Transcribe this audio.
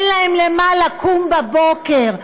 אין להן למה לקום בבוקר.